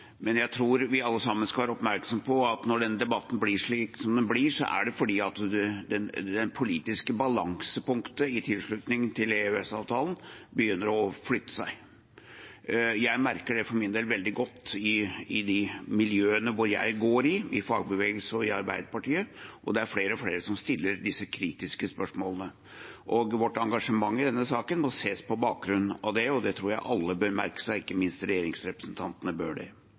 Men jeg tror vi alle sammen skal være oppmerksom på at når denne debatten blir slik som den blir, er det fordi det politiske balansepunktet i tilslutningen til EØS-avtalen begynner å flytte seg. Jeg merker det for min del veldig godt i de miljøene jeg er i, i fagbevegelsen og i Arbeiderpartiet, og det er flere og flere som stiller disse kritiske spørsmålene. Vårt engasjement i denne saken må ses på bakgrunn av det, og det tror jeg alle bør merke seg – ikke minst bør regjeringsrepresentantene